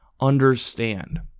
understand